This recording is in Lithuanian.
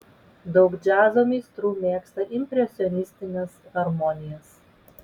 daug džiazo meistrų mėgsta impresionistines harmonijas